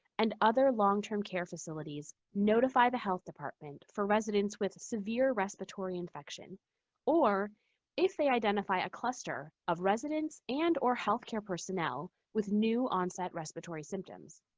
and other long-term care facilities notify the health department for residents with severe respiratory infection or if they identify a cluster of residents and or healthcare personnel with new onset respiratory symptoms.